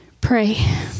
pray